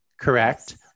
correct